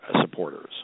supporters